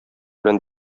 белән